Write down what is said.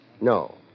No